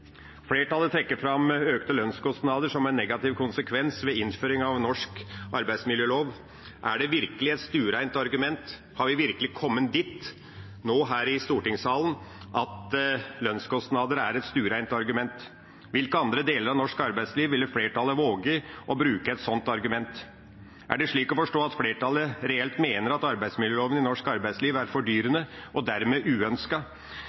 Flertallet trekker fram økte lønnskostnader som en negativ konsekvens ved innføring av norsk arbeidsmiljølov. Er det virkelig et stuerent argument? Har vi virkelig kommet dit nå her i stortingssalen at lønnskostnader er et stuerent argument? I hvilke andre deler av norsk arbeidsliv ville flertallet våget å bruke et sånt argument? Er det slik å forstå at flertallet reelt mener at arbeidsmiljøloven i norsk arbeidsliv er